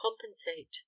compensate